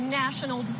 national